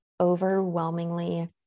overwhelmingly